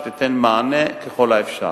שתיתן מענה ככל האפשר.